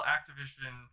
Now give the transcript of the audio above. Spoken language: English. Activision